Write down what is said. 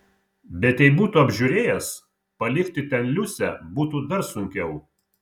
bet jei būtų apžiūrėjęs palikti ten liusę būtų dar sunkiau